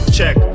Check